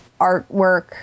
artwork